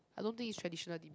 I don't think is traditional dim